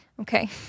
Okay